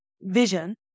vision